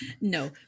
no